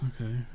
okay